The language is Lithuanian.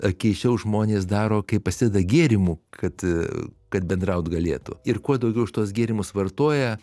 keisčiau žmonės daro kai prasideda gėrimų kad kad bendraut galėtų ir kuo daugiau šituos gėrimus vartoja